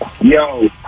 Yo